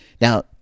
Now